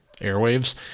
airwaves